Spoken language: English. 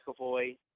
McAvoy